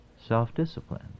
self-discipline